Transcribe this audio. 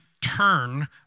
turn